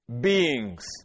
beings